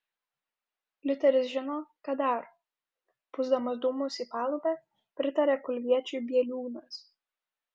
liuteris žino ką daro pūsdamas dūmus į palubę pritarė kulviečiui bieliūnas